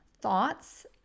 thoughts